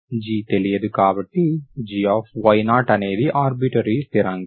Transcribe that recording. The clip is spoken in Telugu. g తెలియదు కాబట్టి gy0 అనేది ఆర్బిటరీ స్థిరాంకం